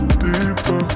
deeper